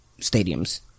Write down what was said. stadiums